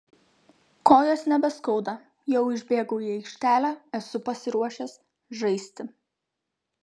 kojos nebeskauda jau išbėgau į aikštelę esu pasiruošęs žaisti